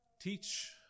Teach